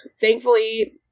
thankfully